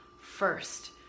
first